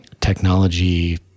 technology